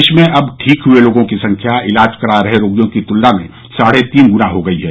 देश में अब ठीक हए लोगों की संख्या इलाज करा रहे रोगियों की तुलना में साढ़े तीन गुना हो गयी है